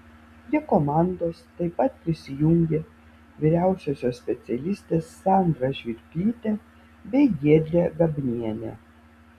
prie komandos taip pat prisijungė vyriausiosios specialistės sandra žvirblytė bei giedrė gabnienė